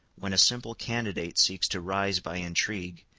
when a simple candidate seeks to rise by intrigue,